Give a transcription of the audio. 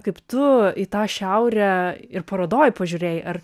kaip tu į tą šiaurę ir parodoj pažiūrėjai ar